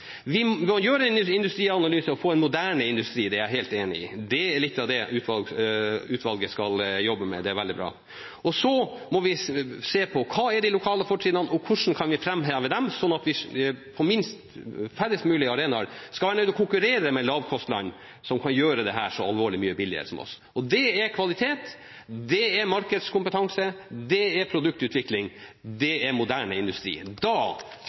vi har ikke nærhet til markedet. Vi må altså øke markedskompetansen. Vi må gjøre en industrianalyse og få en moderne industri, det er jeg helt enig i. Det er litt av det utvalget skal jobbe med, og det er veldig bra. Så må vi se på: Hva er de lokale fortrinnene, og hvordan kan vi framheve dem, slik at vi på færrest mulig arenaer må konkurrere med lavkostland som kan gjøre dette så veldig mye billigere enn oss? Det er kvalitet, det er markedskompetanse, det er produktutvikling, det er moderne industri. Da